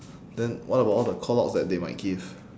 then what about all the callouts that they might give